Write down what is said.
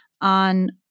on